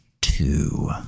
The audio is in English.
two